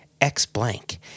X-blank